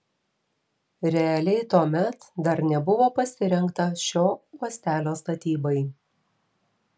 realiai tuomet dar nebuvo pasirengta šio uostelio statybai